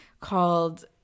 called